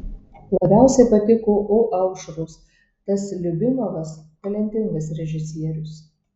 labiausiai patiko o aušros tas liubimovas talentingas režisierius